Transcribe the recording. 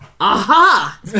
Aha